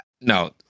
no